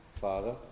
Father